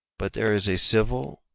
but there is a civil,